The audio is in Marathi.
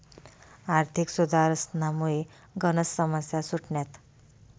आर्थिक सुधारसनामुये गनच समस्या सुटण्यात